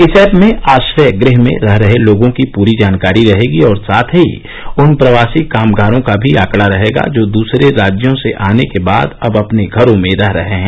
इस ऐप में आश्रय गृह में रह रहे लोगों की पूरी जानकारी रहेगी और साथ ही उन प्रवासी कामगारों का भी आंकड़ा रहेगा जो दूसरे राज्यों से आने के बाद अब अपने घरों में रह रहे हैं